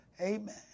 amen